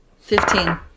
Fifteen